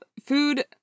food